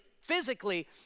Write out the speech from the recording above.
physically